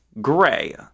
gray